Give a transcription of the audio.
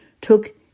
took